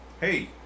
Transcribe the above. Hey